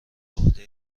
عهده